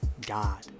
God